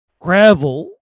gravel